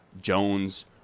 Jones